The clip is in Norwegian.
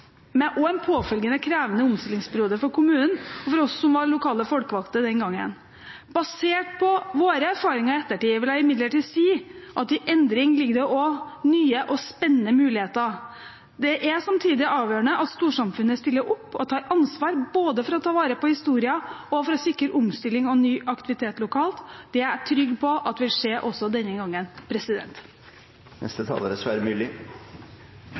en påfølgende krevende omstillingsperiode for kommunen og for oss som var lokale folkevalgte den gangen. Basert på våre erfaringer i ettertid vil jeg imidlertid si at i endring ligger det også nye og spennende muligheter. Det er samtidig avgjørende at storsamfunnet stiller opp og tar ansvar, både for å ta vare på historien og for å sikre omstilling og ny aktivitet lokalt. Det er jeg trygg på at vil skje også denne gangen.